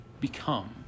become